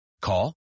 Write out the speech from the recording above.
Call